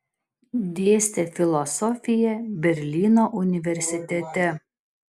dėstė filosofiją berlyno universitete